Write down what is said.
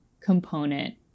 component